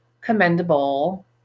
commendable